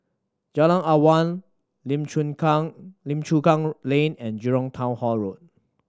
Jalan Awang Lim Chu Kang Lim Chu Kang Lane and Jurong Town Hall Road